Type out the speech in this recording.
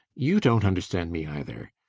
you don't understand me either.